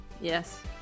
Yes